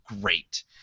great